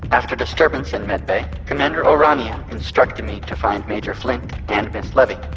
after disturbance in med bay, commander o'rania instructed me to find major flint and miss levy.